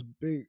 big